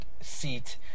seat